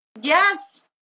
Yes